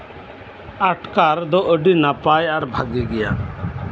ᱟᱴᱠᱟᱨ ᱫᱚ ᱟᱹᱰᱤ ᱵᱷᱟᱹᱜᱤ ᱜᱮᱭᱟ